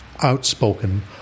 outspoken